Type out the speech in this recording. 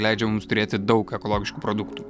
leidžia mums turėti daug ekologiškų produktų